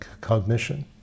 cognition